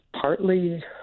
partly